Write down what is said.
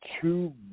two